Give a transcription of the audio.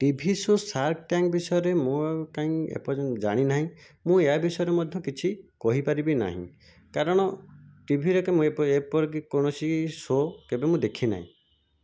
TV show' shark tank ବିଷୟରେ ମୁଁ ଆଉ କାଇଁ ଏପର୍ଯ୍ୟନ୍ତ ଜାଣିନାହିଁ ମୁଁ ଏହା ବିଷୟରେ ମଧ୍ୟ କିଛି କହିପାରିବି ନାହିଁ କାରଣ ଟିଭିରେ କି ମୁଁ ଏପରିକି ଏପରି କୌଣସି ଶୋ' କେବେ ମୁଁ ଦେଖିନାହିଁ